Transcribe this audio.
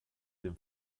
dem